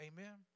Amen